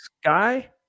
Sky